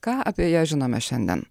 ką apie ją žinome šiandien